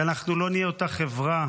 כי אנחנו לא נהיה אותה חברה,